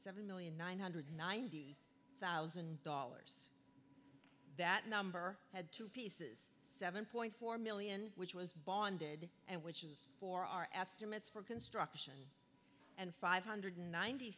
seven million nine hundred and ninety thousand dollars that number had to seven point four million dollars which was bonded and which is for our estimates for construction and five hundred and ninety